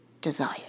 desire